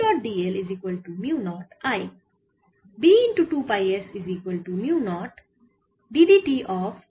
তাই এটি হবে মিউ নট